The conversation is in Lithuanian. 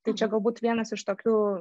tai čia galbūt vienas iš tokių